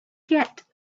yet